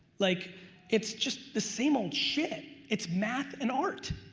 like it's just the same old shit. it's math and art,